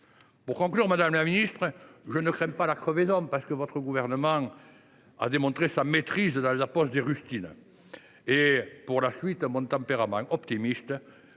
Pour conclure, madame la ministre, je ne crains pas la crevaison, parce que le Gouvernement a démontré sa maîtrise dans la pose de rustines. Mon tempérament optimiste